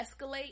escalate